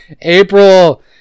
April